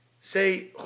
say